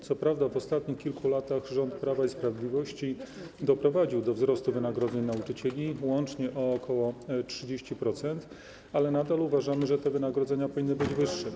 Co prawda w ostatnich kilku latach rząd Prawa i Sprawiedliwości doprowadził do wzrostu wynagrodzeń nauczycieli łącznie o ok. 30%, ale nadal uważamy, że te wynagrodzenia powinny być wyższe.